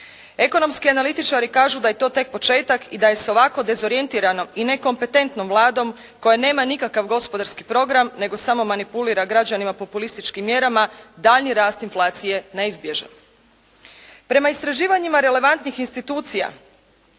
Ekonomski analitičari kažu da je to tek početak i da je sa ovako dezorijentiranom i nekompetentnom Vladom koja nema nikakav gospodarski program nego samo manipulira građanima populističkim mjerama, daljnji rast inflacije neizbježan. Prema istraživanjima relevantnih institucija